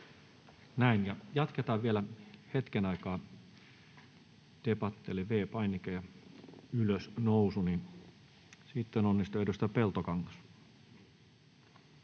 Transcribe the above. Jatketaan vielä hetken aikaa debattia, eli V-painike ja ylösnousu, niin sitten onnistuu. — Edustaja Peltokangas.